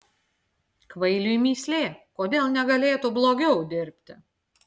kvailiui mįslė kodėl negalėtų blogiau dirbti